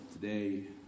today